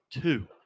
Two